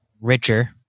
richer